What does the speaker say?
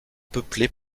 peuplée